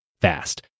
fast